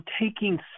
taking